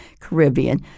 Caribbean